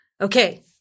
Okay